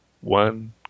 one